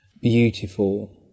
beautiful